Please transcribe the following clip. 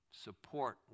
support